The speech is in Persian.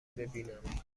ببینم